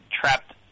trapped